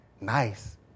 nice